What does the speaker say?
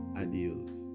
adios